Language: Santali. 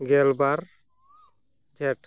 ᱜᱮᱞ ᱵᱟᱨ ᱡᱷᱮᱸᱴ